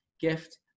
gift